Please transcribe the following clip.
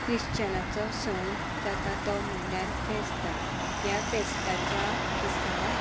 ख्रिश्चनांचो सण जाता तो म्हणल्यार फेस्त ह्या फेस्ताच्या दिसा